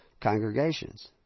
congregations